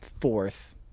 Fourth